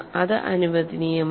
അത് അനുവദനീയമല്ല